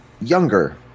younger